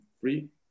free